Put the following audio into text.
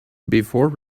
before